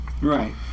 Right